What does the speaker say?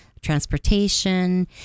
transportation